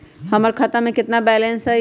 हमर खाता में केतना बैलेंस हई?